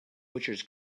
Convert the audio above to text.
butchers